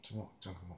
什么讲什么